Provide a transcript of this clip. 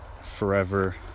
Forever